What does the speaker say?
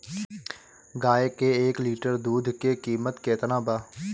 गाय के एक लीटर दूध के कीमत केतना बा?